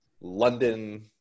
London